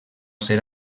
ser